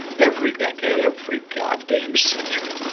every decade, every god dammned century.